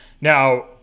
Now